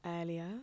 earlier